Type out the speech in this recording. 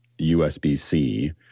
USB-C